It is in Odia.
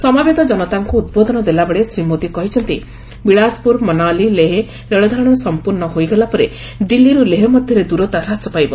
ସମବେତ ଜନତାଙ୍କୁ ଉଦ୍ବୋଧନ ଦେଲାବେଳେ ଶ୍ରୀ ମୋଦି କହିଛନ୍ତି ବିଳାସପୁର ମନାଲି ଲେହ ରେଳଧାରଣା ସମ୍ପୂର୍ଣ୍ଣ ହୋଇଗଲା ପରେ ଦିଲ୍ଲୀରୁ ଲେହ ମଧ୍ୟରେ ଦୂରତା ହ୍ରାସ ପାଇବ